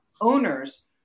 owners